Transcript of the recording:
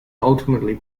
ultimately